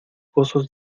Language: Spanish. gozos